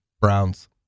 Browns